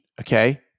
Okay